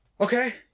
okay